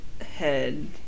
head